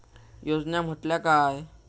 योजना म्हटल्या काय?